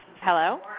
Hello